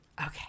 Okay